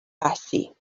وحشی